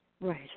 Right